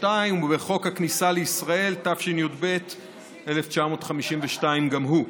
1952, ובחוק הכניסה לישראל, תשי"ב 1952, גם הוא.